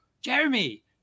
Jeremy